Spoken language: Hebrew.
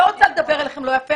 אני לא רוצה לדבר אליכם לא יפה,